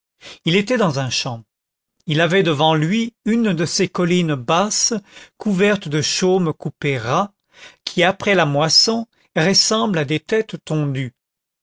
il était dans un champ il avait devant lui une de ces collines basses couvertes de chaume coupé ras qui après la moisson ressemblent à des têtes tondues